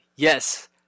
Yes